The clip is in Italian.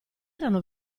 erano